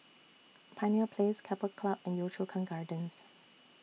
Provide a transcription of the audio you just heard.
Pioneer Place Keppel Club and Yio Chu Kang Gardens